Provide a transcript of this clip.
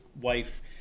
wife